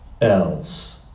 else